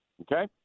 Okay